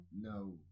no